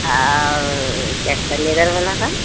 और क्या कहते हैं लेदर वाला का